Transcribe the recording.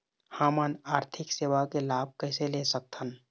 हमन आरथिक सेवा के लाभ कैसे ले सकथन?